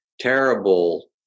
terrible